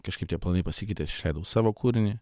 kažkaip tie planai pasikeitė aš išleidau savo kūrinį